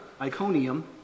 Iconium